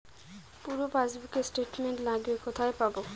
পুরো পাসবুকের স্টেটমেন্ট লাগবে কোথায় পাব?